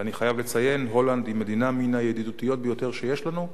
ואני חייב לציין שהולנד היא מדינה מן הידידותיות ביותר שיש לנו,